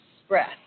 express